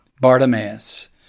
Bartimaeus